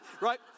right